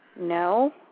no